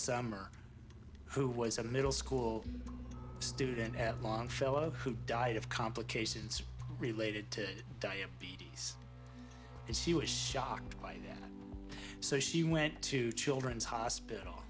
summer who was a middle school student at longfellow who died of complications related to diabetes and she was shocked by that so she went to children's hospital